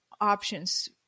options